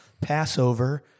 Passover